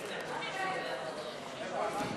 סעיף 94 לשנת 2016 נתקבל, כנוסח הוועדה.